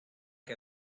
que